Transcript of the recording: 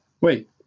wait